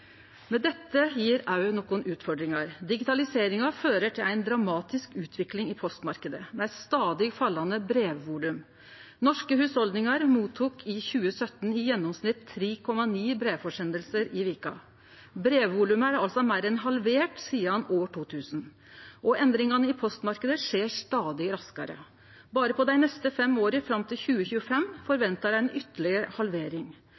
dette gjev òg nokre utfordringar. Digitaliseringa fører til ei dramatisk utvikling i postmarknaden med stadig fallande brevvolum. Norske hushald mottok i 2017 i gjennomsnitt 3,9 brevsendingar i veka. Brevvolumet er altså meir enn halvert sidan år 2000. Og endringane i postmarknaden skjer stadig raskare. Berre på dei neste fem åra, fram til 2025, ventar ein ei ytterlegare halvering.